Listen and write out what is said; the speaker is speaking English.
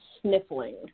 sniffling